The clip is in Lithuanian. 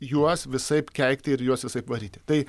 juos visaip keikti ir juos visaip varyti tai